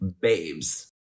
babes